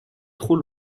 trop